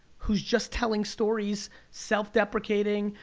who's just telling stories, self-deprecating,